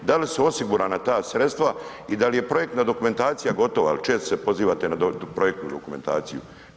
Da li su osigurana ta sredstva i da li je projektna dokumentacija gotova jer često se pozivate na projektnu dokumentaciju.